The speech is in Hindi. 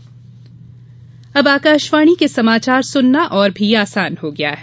न्यूज चैनल अब आकाशवाणी के समाचार सुनना और भी आसान हो गया है